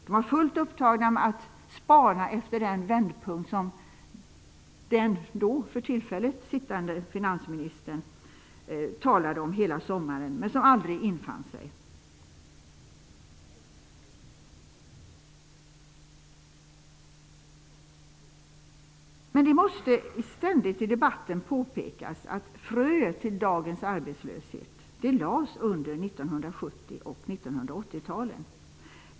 De var fullt upptagna med att spana efter den vändpunkt som den för tillfället sittande finansministern talade om hela sommaren, men som aldrig infann sig. Det måste ständigt i debatten påpekas att fröet till dagens arbetslöshet såddes under 1970 och 1980 talen.